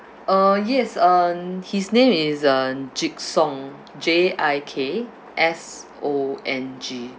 uh yes um his name is uh jik song J I K S O N G